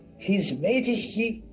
his majesty,